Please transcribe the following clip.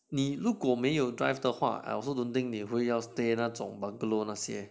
你如果没有 drive 的话 I also don't think 你会要 stay 那种 bungalow 那些